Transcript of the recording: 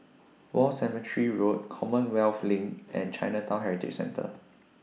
War Cemetery Road Commonwealth LINK and Chinatown Heritage Centre